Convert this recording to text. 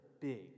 big